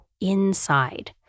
inside